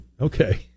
Okay